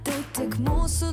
tai tik mūsų